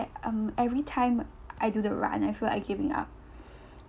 um every time I do the run I feel like giving up